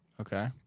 Okay